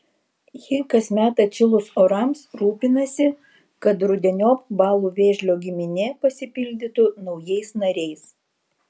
ji kasmet atšilus orams rūpinasi kad rudeniop balų vėžlio giminė pasipildytų naujais nariais